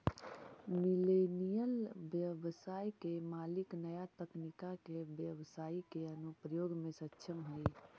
millennial व्यवसाय के मालिक नया तकनीका के व्यवसाई के अनुप्रयोग में सक्षम हई